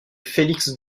félix